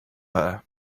her